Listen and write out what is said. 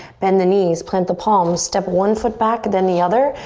bend the knees. plant the palms. step one foot back, then the other.